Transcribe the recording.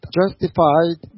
justified